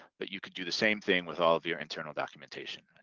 but you could do the same thing with all of your internal documentation.